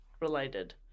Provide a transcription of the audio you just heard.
related